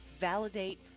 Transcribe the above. Validate